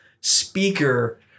speaker